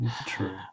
true